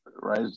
right